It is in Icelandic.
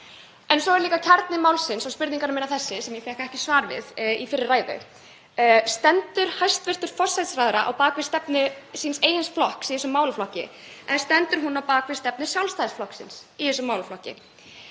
En svo er það kjarni málsins og spurningin sem ég fékk ekki svar við í fyrri ræðu: Stendur hæstv. forsætisráðherra á bak við stefnu síns eigin flokks í þessum málaflokki eða stendur hún á bak við stefnu Sjálfstæðisflokksins í þessum málaflokki?